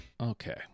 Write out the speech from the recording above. Okay